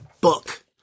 book